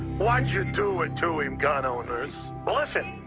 why'd you do it to him, gun owners? listen,